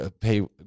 pay